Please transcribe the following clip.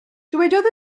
dywedodd